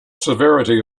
severity